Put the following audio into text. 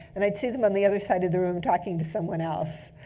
and i'd see them on the other side of the room talking to someone else.